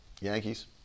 Yankees